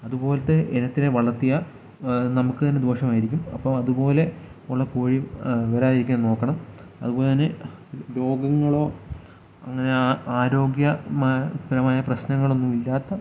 അതുപോലത്തെ ഇനത്തിനെ വളർത്തിയാൽ നമുക്ക് തന്നെ ദോഷമായിരിക്കും അപ്പോൾ അതുപോലെ ഉള്ള കോഴി വരാതിരിക്കാൻ നോക്കണം അതുപോലെ തന്നെ രോഗങ്ങളോ അങ്ങനെ ആ ആരോഗ്യമ പരമായ പ്രശ്നങ്ങളൊന്നൂല്ലാത്ത